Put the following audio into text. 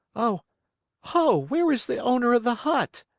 oh ho, where is the owner of the hut?